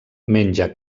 menja